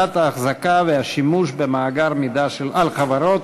ההחזקה והשימוש במאגר מידע על חברות),